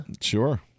Sure